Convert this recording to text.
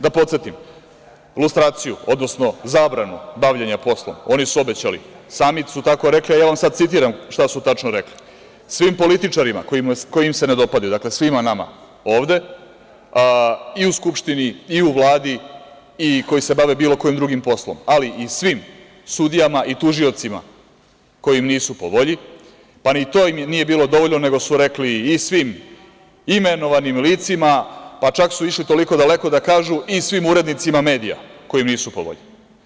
Da podsetim, lustraciju, odnosno zabranu bavljenja poslom oni su obećali, sami su tako rekli, a ja vam sada citiram šta su tačno rekli, svim političarima koji im se ne dopadaju, svima nama ovde, i u Skupštini i u Vladi i koji se bave bilo kojim drugim poslom, ali i svim sudijama i tužiocima koji im nisu po volji, pa im ni to nije bilo dovoljno, nego su rekli i svim imenovanim licima, pa čak su išli toliko daleko da kažu i svim urednicima medija koji im nisu po volji.